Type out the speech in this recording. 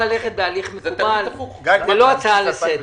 הצעה לסדר.